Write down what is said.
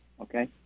Okay